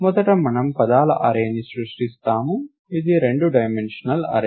మొదట మనం పదాల అర్రేని సృష్టిస్తాము ఇది రెండు డైమెన్షనల్ అర్రే